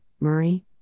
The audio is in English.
Murray